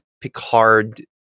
Picard